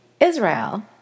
Israel